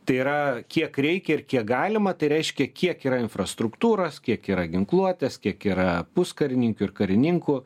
tai yra kiek reikia ir kiek galima tai reiškia kiek yra infrastruktūros kiek yra ginkluotės kiek yra puskarininkių ir karininkų